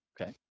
Okay